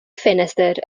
ffenestr